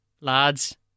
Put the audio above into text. lads